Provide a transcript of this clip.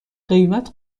قیمت